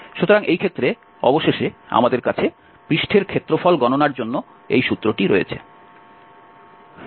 সুতরাং এই ক্ষেত্রে অবশেষে আমাদের কাছে পৃষ্ঠের ক্ষেত্রফল গণনার জন্য এই সূত্রটি রয়েছে